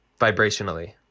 vibrationally